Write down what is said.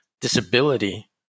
disability